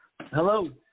Hello